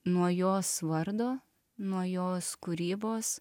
nuo jos vardo nuo jos kūrybos